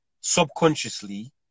subconsciously